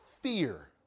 fear